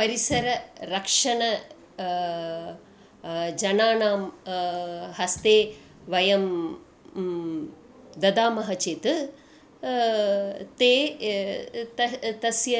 परिसररक्षणं जनानां हस्ते वयं ददामः चेत् ते त तस्य